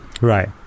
Right